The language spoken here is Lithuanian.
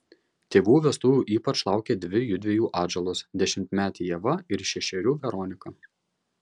tėvų vestuvių ypač laukė dvi jųdviejų atžalos dešimtmetė ieva ir šešerių veronika